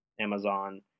amazon